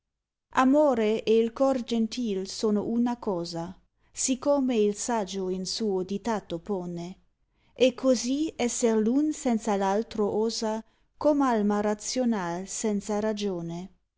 more e m cor gentil sono una cosa siccome il saggio in suo dittato pone e cosi esser v un senza v altro osa gom alma razionai senza ragione